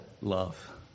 love